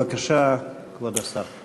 בבקשה, כבוד השר.